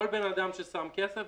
כל בן אדם ששם כסף,